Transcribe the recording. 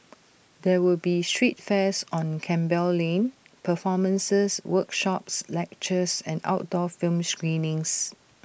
there will be street fairs on Campbell lane performances workshops lectures and outdoor film screenings